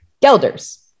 Gelders